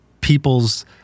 people's